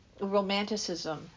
romanticism